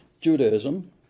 Judaism